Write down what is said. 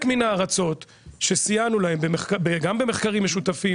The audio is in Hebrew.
וחלק מן הארצות שסייענו להם גם במחקרים משותפים